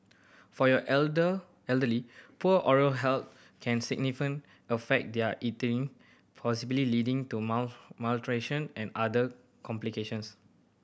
for your elder elderly poor oral health can significant affect their eating possibly leading to malnutrition and other complications